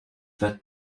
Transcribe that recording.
that